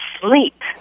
sleep